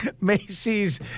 Macy's